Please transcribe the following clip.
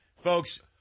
folks